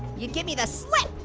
you'll give me the slip,